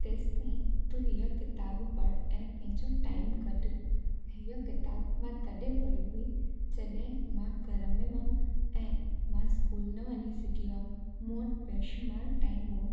तेसि ताईं तूं हीअ किताबु पढ़ ऐं पंहिंजो टाइम कढ हीअ किताबु मां तॾहिं पढ़ी हुई जॾहिं मां घर में हुयमि ऐं मां स्कूल न वञी सघियमि मूं वटि बेशुमारु टाइम हुओ